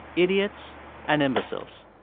idiots and imbeciles.